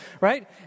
right